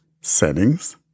Settings